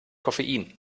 koffein